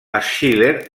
schiller